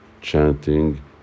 chanting